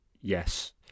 yes